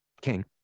King